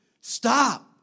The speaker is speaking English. Stop